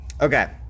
Okay